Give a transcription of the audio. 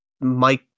Mike